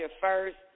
first